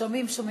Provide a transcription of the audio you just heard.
שומעים, שומעים.